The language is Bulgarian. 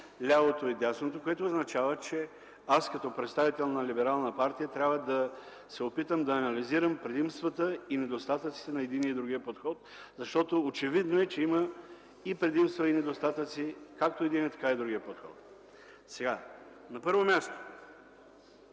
лявото и дясното, което означава, че аз като представител на либерална партия трябва да се опитам да анализирам предимствата и недостатъците на единия и другия подход, защото е очевидно, че има и предимства и недостатъци както единият, така и другият подход. На първо място,